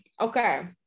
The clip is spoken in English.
Okay